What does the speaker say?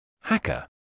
Hacker